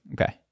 Okay